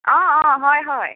অ অ হয় হয়